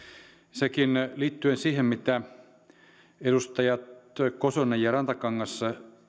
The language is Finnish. liittyen siihen mitä edustajat kosonen ja rantakangas